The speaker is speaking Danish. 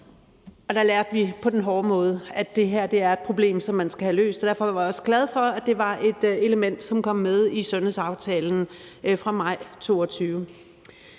Der lærte vi på den hårde måde, at det her er et problem, som man skal have løst. Derfor var jeg også glad for, at det var et element, som kom med i sundhedsaftalen fra maj 2022.